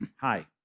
hi